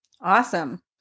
awesome